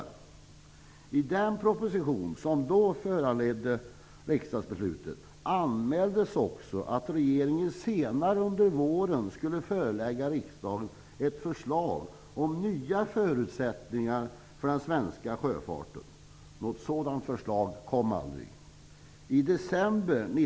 I den proposition som då föranledde riksdagsbeslutet anmäldes också att regeringen senare under våren skulle förelägga riksdagen ett förslag om nya förutsättningar för den svenska sjöfarten.